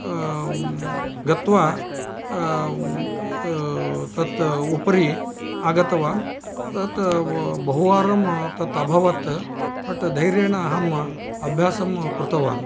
गत्वा तत् उपरि आगतवान् तत् बहुवारं तत् अभवत् बट् धैर्येण अहम् अभ्यासं कृतवान्